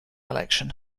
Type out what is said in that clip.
election